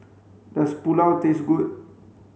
Does Pulao taste good